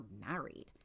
married